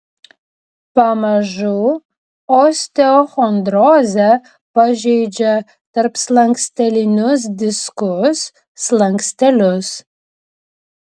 pamažu osteochondrozė pažeidžia tarpslankstelinius diskus slankstelius